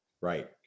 right